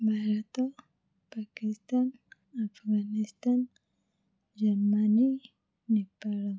Bharat Pakistan Afghanistan Germany Nepal